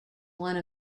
one